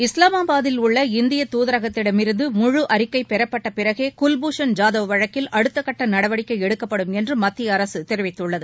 இஸ்லாமாபாத்திலுள்ள இந்திய தூதரகத்திடமிருந்து முழு அறிக்கை பெறப்பட்ட பிறகே குவ்பூஷன் ஜாதவ் வழக்கில் அடுத்த கட்ட நடவடிக்கை எடுக்கப்படும் என்று மத்திய அரசு தெரிவித்துள்ளது